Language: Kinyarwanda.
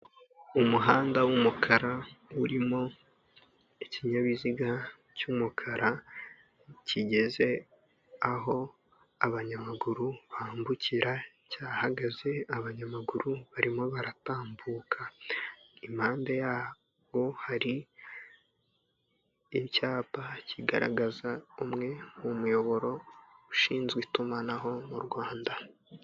Umuhanda w'umukara urimo ikinyabiziga cy'umukara kigeze aho abanyamaguru bambukira, cyahagaze abanyamaguru barimo baratambuka. Impande yaho hari icyapa kigaragaza umwe mu muyoboro ushinzwe itumanaho mu Rwanda.